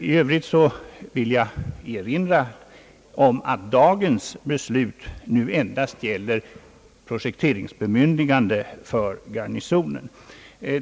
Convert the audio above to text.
I övrigt vill jag erinra om att dagens beslut endast gäller projekteringsbemyndigande för byggnaden i Garnisonen.